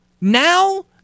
Now